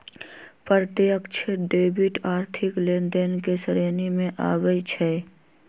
प्रत्यक्ष डेबिट आर्थिक लेनदेन के श्रेणी में आबइ छै